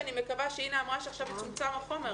שאינה זלצמן אמרה עכשיו שיצומצם בפועל